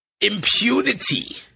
impunity